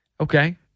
Okay